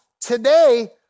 Today